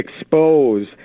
expose